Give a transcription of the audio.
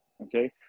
okay